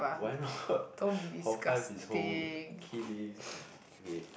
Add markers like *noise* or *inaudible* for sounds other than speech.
why not *breath* hall five is kidding okay